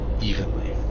evenly